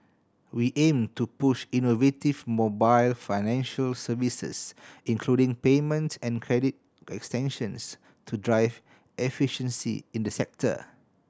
we aim to push innovative mobile financial services including payment and credit extensions to drive efficiency in the sector